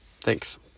Thanks